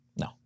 no